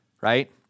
Right